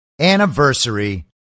anniversary